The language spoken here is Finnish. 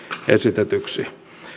esitetyksi